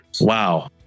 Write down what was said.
Wow